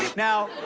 now,